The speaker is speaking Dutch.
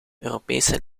europese